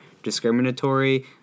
discriminatory